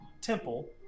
temple